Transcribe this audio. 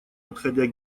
подходя